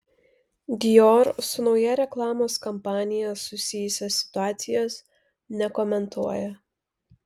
dior su nauja reklamos kampanija susijusios situacijos nekomentuoja